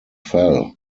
fell